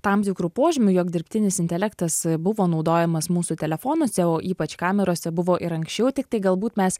tam tikrų požymių jog dirbtinis intelektas buvo naudojamas mūsų telefonuose o ypač kamerose buvo ir anksčiau tiktai galbūt mes